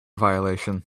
violation